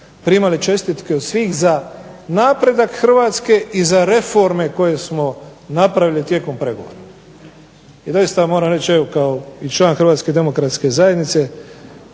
primali čestitke za napredak Hrvatske i za reforme koje smo napravili tijekom pregovora. I doista vam moram reći evo kao član HDZ-a koja je najveći